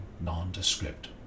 nondescript